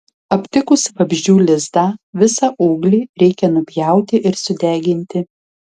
aptikus vabzdžių lizdą visą ūglį reikia nupjauti ir sudeginti